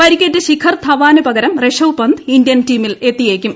പരിക്കേറ്റ ശിഖർ ധവാന് പകരം ഋഷഭ് പന്ത് ഇന്ത്യൻ ടീമിൽ എത്തിയേക്കും